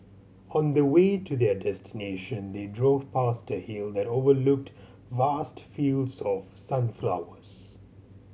on the way to their destination they drove past a hill that overlooked vast fields of sunflowers